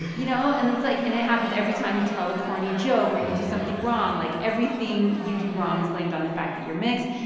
you know and it's like and it happens every time you tell a corny joke or you do something wrong. like, everything you do wrong is blamed on the fact that you're mixed.